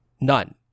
None